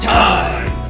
time